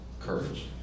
courage